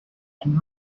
and